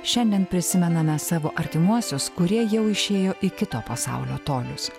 šiandien prisimename savo artimuosius kurie jau išėjo į kito pasaulio tolius